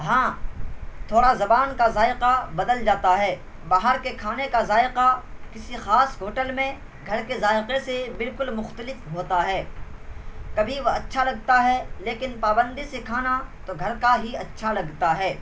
ہاں تھوڑا زبان کا ذائقہ بدل جاتا ہے باہر کے کھانے کا ذائقہ کسی خاص ہوٹل میں گھر کے ذائقے سے بالکل مختلف ہوتا ہے کبھی وہ اچھا لگتا ہے لیکن پابندی سے کھانا تو گھر کا ہی اچھا لگتا ہے